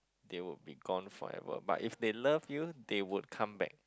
they will be gone forever but if they love you they would come back